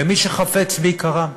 למי שחפץ ביקרם?